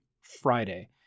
Friday